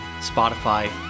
Spotify